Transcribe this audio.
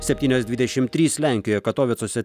septynios dvidešimt trys lenkijoje katovicuose